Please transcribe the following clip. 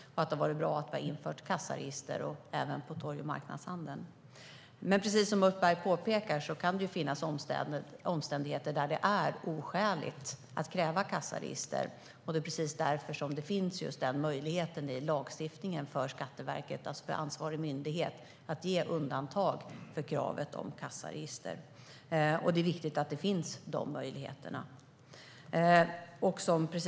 Det har varit bra att vi införde kassaregister även för torg och marknadshandeln. Det kan dock, som Ulf Berg säger, finnas omständigheter där det är oskäligt att kräva kassaregister. Det är därför det i lagstiftningen finns en möjlighet för den ansvariga myndigheten Skatteverket att göra undantag från kravet om kassaregister. Det är viktigt att de möjligheterna finns.